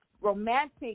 romantic